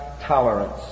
tolerance